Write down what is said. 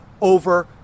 over